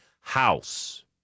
house